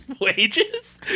wages